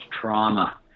trauma